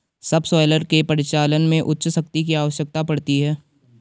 subsoiler के परिचालन में उच्च शक्ति की आवश्यकता पड़ती है